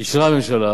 אישרה הממשלה